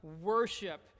worship